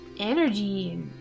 energy